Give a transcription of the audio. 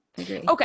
okay